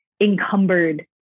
encumbered